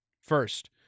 First